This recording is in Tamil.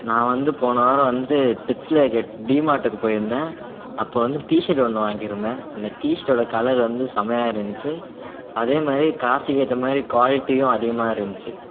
நான் வந்து போன வாரம் வந்து டெக்ஸ்லைகட் டிமார்ட்டுக்கு போயிருந்தேன் அப்போ வந்து டிஷர்ட் ஒன்று வாங்கிருந்தேன் அந்த டிஷர்ட்டோட கலர் வந்து செம்மையா இருந்துச்சு அதேமாதிரி காசுக்கேத்தமாரி குவாலிட்டியும் அதிகமாக இருந்துச்சு